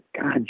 God